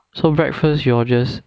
so breakfast you all just